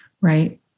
right